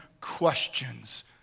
questions